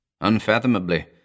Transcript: Unfathomably